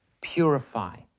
purify